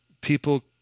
people